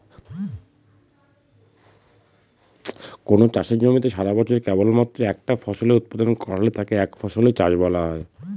কোনো চাষের জমিতে সারাবছরে কেবলমাত্র একটা ফসলের উৎপাদন করা হলে তাকে একফসলি চাষ বলা হয়